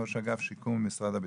ראש אגף שיקום במשרד הביטחון,